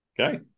Okay